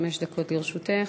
חמש דקות לרשותך.